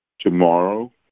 tomorrow